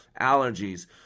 allergies